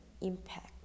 impact